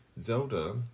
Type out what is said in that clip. Zelda